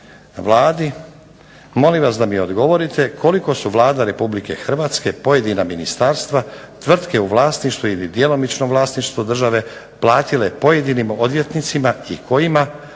Vladi molim vas da mi odgovorite koliko su Vlada Republike Hrvatske, pojedina ministarstva, tvrtke u vlasništvu ili djelomičnom vlasništvu države platile pojedinim odvjetnicima, pojedinim